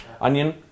onion